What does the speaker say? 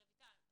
רויטל,